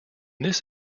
this